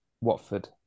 Watford